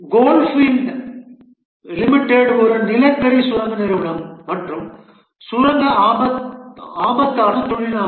coalfield limited ஒரு நிலக்கரி சுரங்க நிறுவனம் மற்றும் சுரங்க ஆபத்தான தொழிலாகும்